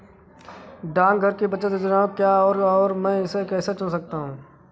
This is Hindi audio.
डाकघर की बचत योजनाएँ क्या हैं और मैं इसे कैसे चुन सकता हूँ?